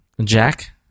jack